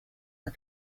are